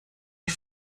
que